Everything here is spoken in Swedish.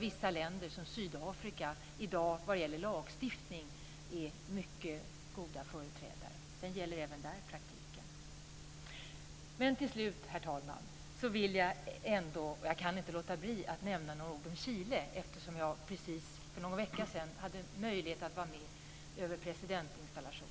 Vissa länder, som Sydafrika, är i dag mycket goda förebilder vad gäller lagstiftning. Sedan handlar det även i det här fallet om praktiken. Till slut, herr talman, kan jag inte låta bli att nämna några ord om Chile eftersom jag för någon vecka sedan hade möjlighet att vara med vid presidentinstallationen.